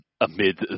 amid